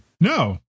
No